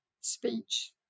speech